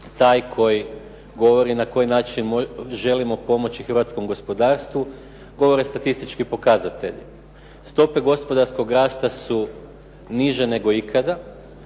taj koji govori na koji način želimo pomoći hrvatskom gospodarstvu govore statistički pokazatelji. Stope gospodarskog rasta su niže nego ikada.